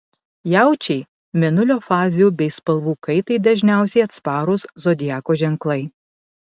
jaučiai mėnulio fazių bei spalvų kaitai dažniausiai atsparūs zodiako ženklai